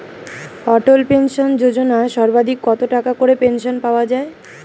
অটল pension Yojana সর্বাধিক কত টাকা করে পেনশন পাওয়া যায়?